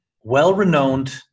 well-renowned